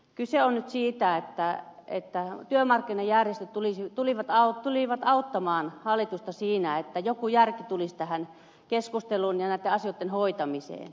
kyse on nyt siitä että työmarkkinajärjestöt tulivat auttamaan hallitusta siinä että joku järki tulisi tähän keskusteluun ja näiden asioiden hoitamiseen